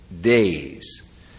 days